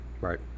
right